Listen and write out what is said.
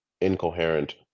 incoherent